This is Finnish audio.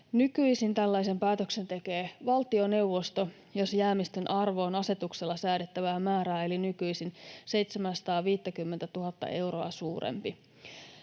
Nykyisin tällaisen päätöksen tekee valtioneuvosto, jos jäämistön arvo on asetuksella säädettävää määrää eli nykyisin 750 000:ta euroa suurempi.